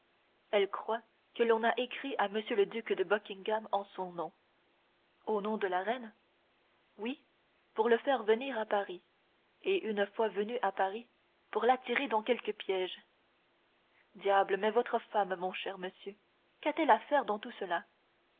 elle croit qu'on a écrit à m le duc de buckingham en son nom au nom de la reine oui pour le faire venir à paris et une fois venu à paris pour l'attirer dans quelque piège diable mais votre femme mon cher monsieur qu'a-t-elle à faire dans tout cela